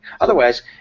Otherwise